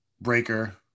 Breaker